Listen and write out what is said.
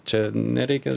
čia nereikia